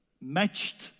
matched